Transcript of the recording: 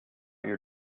your